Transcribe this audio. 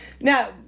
Now